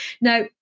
Now